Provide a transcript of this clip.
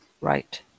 Right